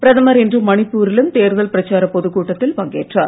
பிரதமர் இன்று மணிப்பூ ரிலும் தேர்தல் பிரச்சாரப் பொதுக்கூட்டத்தில் பங்கேற்றார்